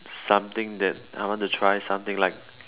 something that I want to try something like